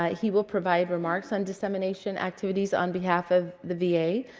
ah he will provide remarks on dissemination activities on behalf of the v a.